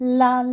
la